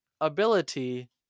ability